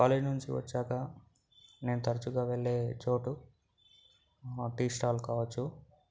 college నుంచి వచ్చాక నేను తరచుగా వెళ్ళి చోటు మా టీ స్టాల్ కావచ్చు